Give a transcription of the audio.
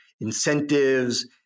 incentives